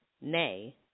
nay